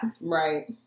Right